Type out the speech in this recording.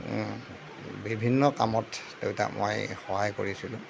বিভিন্ন কামত দেউতাক মই সহায় কৰিছিলোঁ